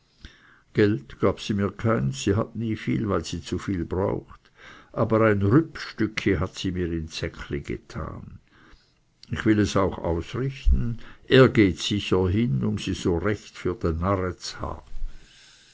geld gab sie mir nicht sie hat nie viel weil sie zu viel braucht aber ein rüppstücki hat sie mir ins säckli getan ich will es auch ausrichten er geht sicher hin um sie so recht für ne